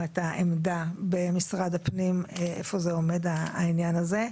את העמדה במשרד הפנים איפה זה עומד העניין הזה,